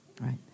right